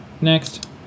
next